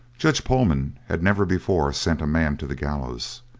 judge pohlman had never before sent a man to the gallows.